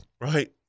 Right